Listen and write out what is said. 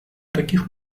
таких